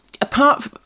apart